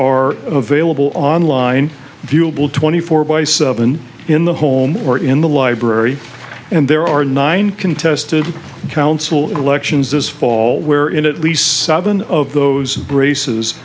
are available online viewable twenty four by seven in the home or in the library and there are nine contested council elections this fall where in at least seven of those braces